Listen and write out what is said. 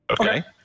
Okay